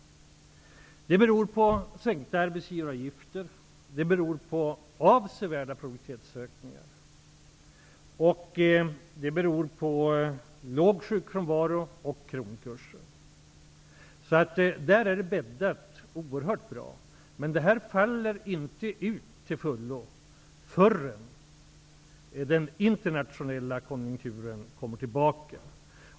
Det beror på sänkta arbetsgivaravgifter, avsevärda produktivitetsökningar, låg sjukfrånvaro och kronkursen. Det är oerhört bra bäddat i det avseendet. Det här faller dock inte ut till fullo förrän den internationella konjunkturen kommer tillbaka.